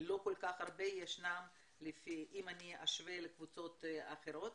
לא כל כך הרבה אם אני אשווה לקבוצות אחרות,